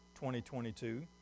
2022